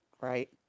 right